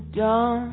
dawn